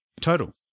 total